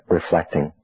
reflecting